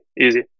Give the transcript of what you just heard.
easy